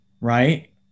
Right